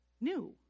new